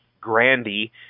Grandy